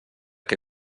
que